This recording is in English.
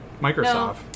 microsoft